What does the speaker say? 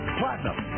platinum